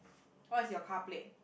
what's your car plate